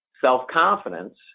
Self-confidence